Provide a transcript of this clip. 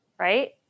right